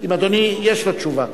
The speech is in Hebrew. אם אדוני יש לו תשובה.